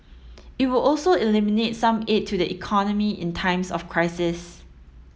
it would also eliminate some aid to the economy in times of crisis